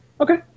Okay